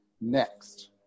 next